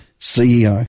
CEO